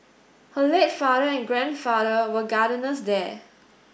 her late father and grandfather were gardeners there